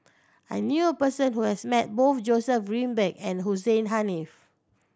I knew a person who has met both Joseph Grimberg and Hussein Haniff